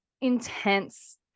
intense